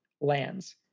lands